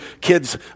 kids